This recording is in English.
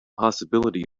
possibility